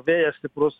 vėjas stiprus